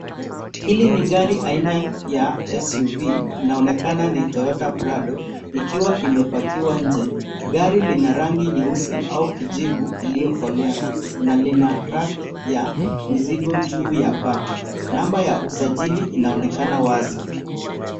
Hili ni gari aina ya SUV, inaonekana ni Toyota Prado ikiwa imepakiwa nje. Gari lina rangi nyeusi au kijivu iliyokolea na lina rack ya mizigo juu ya paa. Namba ya usajili inaonekana wazi.